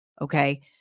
Okay